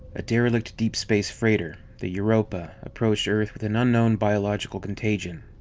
a derelict deepspace freighter, the europa, approached earth with an uknown biological contagion.